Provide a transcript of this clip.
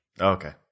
Okay